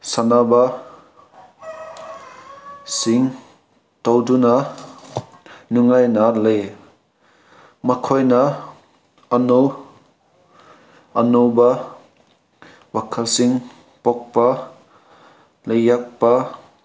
ꯁꯥꯟꯅꯕ ꯁꯤꯡ ꯇꯧꯗꯨꯅ ꯅꯨꯡꯉꯥꯏꯅ ꯂꯩ ꯃꯈꯣꯏꯅ ꯑꯅꯧ ꯑꯅꯧꯕ ꯋꯥꯈꯜꯁꯤꯡ ꯄꯣꯛꯄ ꯂꯩꯌꯛꯄ